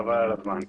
חבל על הזמן.